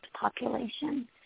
population